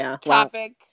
topic